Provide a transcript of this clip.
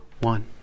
one